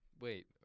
Wait